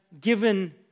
given